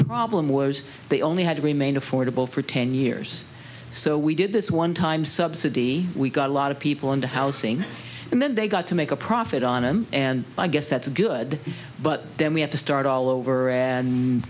problem was they only had to remain affordable for ten years so we did this one time subsidy we got a lot of people into housing and then they got to make a profit on them and i guess that's good but then we have to start all over and